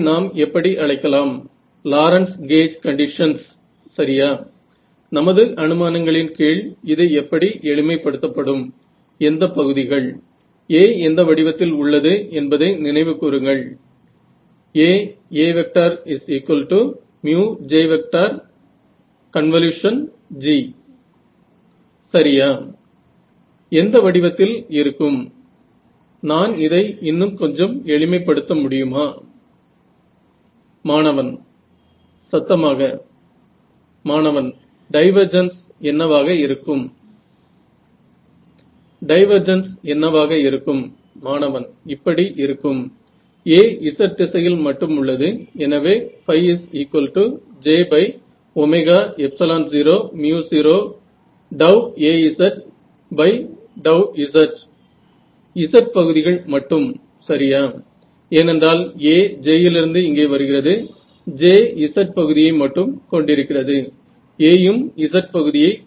नक्कीच आपल्याला हे लिनियर अल्जेब्रा च्या भाषेमध्ये लिहावं लागलं आपल्याला प्रोग्रामिंग करावं लागलं ते इल पोस्डनेस मार्गातून काढून टाकण्यासाठी आपण वेवलेट डोमेन कडे उदाहरण म्हणून पाहिले जे तुम्हाला सिग्नल प्रोसेसिंग आणि हेवी ड्युटी ऑप्टिमायझेशन मध्ये येतं